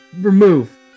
remove